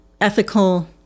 ethical